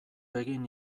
egin